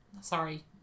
Sorry